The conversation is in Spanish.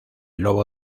lobo